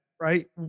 right